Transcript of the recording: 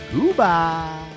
Goodbye